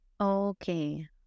Okay